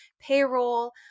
payroll